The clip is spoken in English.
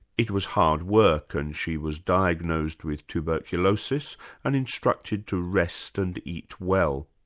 it was hard work and she was diagnosed with tuberculosis and instructed to rest and eat well.